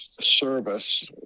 service